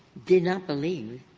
did not believe